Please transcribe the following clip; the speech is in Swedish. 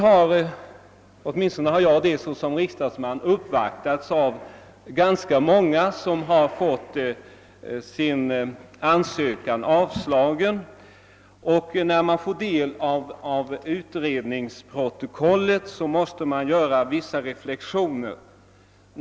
Jag har såsom riksdagsman uppvaktats av ganska många som fått sin ansökan avslagen, och när man tar del av utredningsprotokollen måste man göra vissa reflexioner.